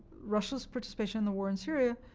russia's participation in the war in syria,